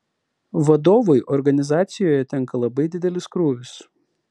vadovui organizacijoje tenka labai didelis krūvis